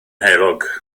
heulog